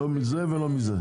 לא מזה ולא מזה.